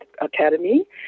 Academy